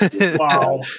Wow